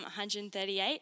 138